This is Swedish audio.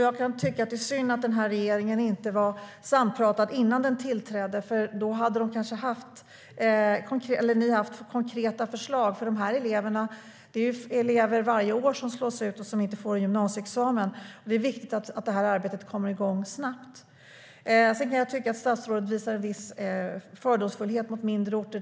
Jag kan tycka att det är synd att den här regeringen inte hade pratat ihop sig innan den tillträdde. Då hade ni kanske haft konkreta förslag. Varje år är det elever som slås ut och inte får gymnasieexamen. Det är viktigt att det här arbetet kommer igång snabbt. Jag kan tycka att statsrådet visar viss fördomsfullhet mot mindre orter.